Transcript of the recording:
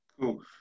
Cool